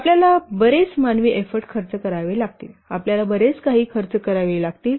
आपल्याला बरेच मानवी एफ्फोर्ट खर्च करावे लागतील आपल्याला बरेच काही खर्च करावे लागतील